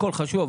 הכול חשוב,